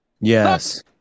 Yes